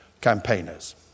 campaigners